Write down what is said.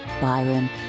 Byron